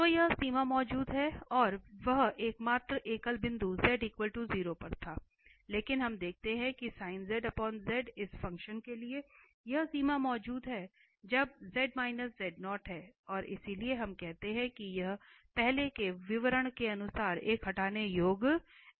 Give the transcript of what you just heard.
तो यह सीमा मौजूद है और वह एकमात्र एकल बिंदु z 0 पर था लेकिन हम देखते हैं कि इस फ़ंक्शन के लिए यह सीमा मौजूद है जब हैं और इसलिए हम कहते हैं कि यह पहले के विवरण के अनुसार एक हटाने योग्य एकलता है